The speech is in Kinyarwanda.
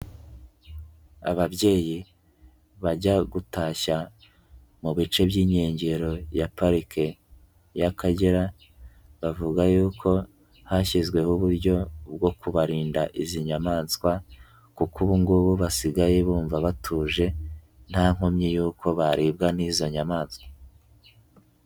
Ababyeyi bajya gutashya mu bice by'inkengero ya parike y'Akagera, bavuga yuko hashyizweho uburyo bwo kubarinda izi nyamaswa, kuko ubu ngo bo basigaye bumva batuje, nta nkomyi y'uko baribwa n'izo nyamaswa.